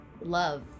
love